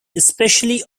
especially